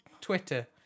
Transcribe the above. twitter